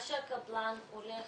עד שהקבלן הולך